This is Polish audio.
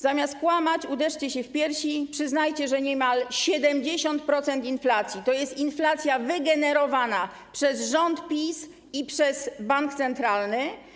Zamiast kłamać, uderzcie się w piersi i przyznajcie, że niemal 70% inflacji to jest inflacja wygenerowana przez rząd PiS i przez bank centralny.